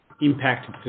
impact